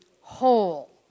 whole